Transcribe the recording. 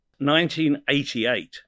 1988